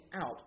out